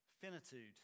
finitude